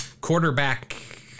quarterback